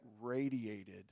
radiated